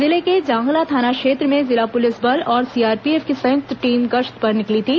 जिले के जांगला थाना क्षेत्र में जिला पुलिस बल और सीआरपीएफ की संयुक्त टीम गश्त पर निकली थी